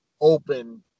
open